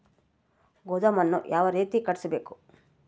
ಗೋದಾಮನ್ನು ಯಾವ ರೇತಿ ಕಟ್ಟಿಸಬೇಕು?